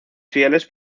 fieles